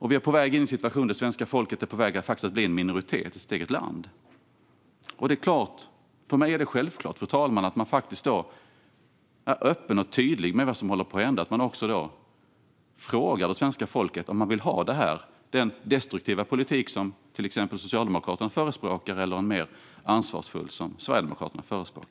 Vi är på väg in i en situation där svenska folket är på väg att bli en minoritet i sitt eget land. För mig är det självklart, fru talman, att man då är öppen och tydlig med vad som håller på att hända och att man frågar det svenska folket om de vill ha den destruktiva politik som till exempel Socialdemokraterna förespråkar eller en mer ansvarsfull politik, som Sverigedemokraterna förespråkar.